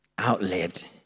outlived